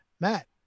Matt